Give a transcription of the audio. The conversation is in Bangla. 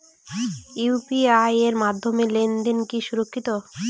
ইউ.পি.আই এর মাধ্যমে লেনদেন কি সুরক্ষিত?